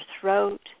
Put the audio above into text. throat